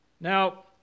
Now